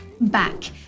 Back